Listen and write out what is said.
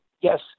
yes